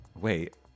Wait